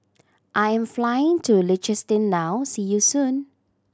I am flying to Liechtenstein now see you soon